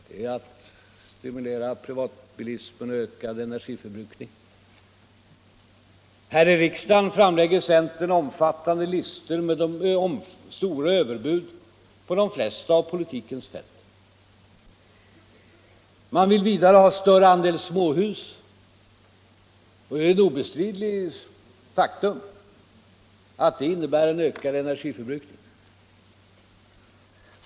Det är att stimulera privatbilism och ökad energiförbrukning. Här i riksdagen framlägger centern omfattande listor med stora överbud på de flesta av politikens fält. Man vill vidare ha större andel småhus, och det är ett obestridligt faktum att det innebär en ökad energiförbrukning.